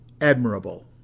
admirable